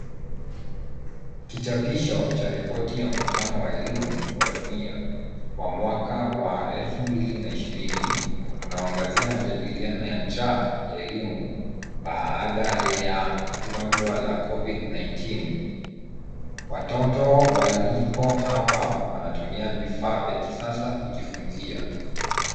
Kichapisho cha ripoti ya mkutano wa elimu wa dunia wa mwaka wa 2020, unaoangazia majadiliano ya njaa ya elimu, baada ya gonjwa la Covid 19. Watoto walipo hapa, wanatumia vifaa vya kisasa kujifunzia.